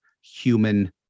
human